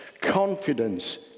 confidence